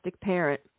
parent